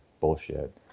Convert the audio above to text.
bullshit